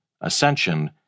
Ascension